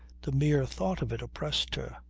the mere thought of it oppressed her.